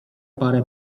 parę